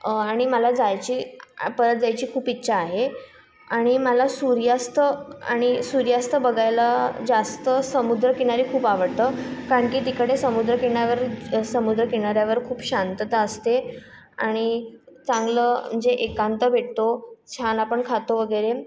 आणि मला जायची आणि परत जायची खूप इच्छा आहे आणि मला सूर्यास्त आणि सूर्यास्त बघायला जास्त समुद्रकिनारी खूप आवडतं कारण की तिकडे समुद्रकिन्यावर समुद्रकिनाऱ्यावर खूप शांतता असते आणि चांगलं म्हणजे एकांत भेटतो छान आपण खातो वगैरे